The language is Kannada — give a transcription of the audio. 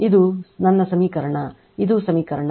ಇದು ನನ್ನ ಸಮೀಕರಣ ಇದು ಸಮೀಕರಣ